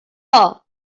all